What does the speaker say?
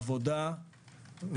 לאומית בעבודה,